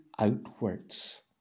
outwards